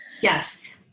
Yes